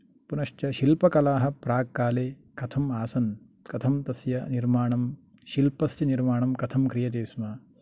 पुनश्च शिल्पकलाः प्राक्काले कथं आसन् कथं तस्य निर्माणं शिल्पस्य निर्माणं कथं क्रियते स्म